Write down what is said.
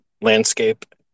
landscape